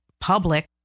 public